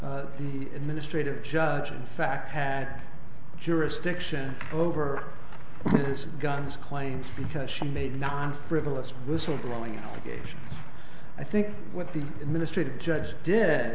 because the administrative judge in fact had jurisdiction over his guns claims because she made non frivolous whistleblowing allegation i think with the ministry to the judge did